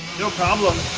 no problem.